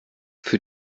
für